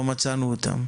לא מצאנו אותם.